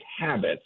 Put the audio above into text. habits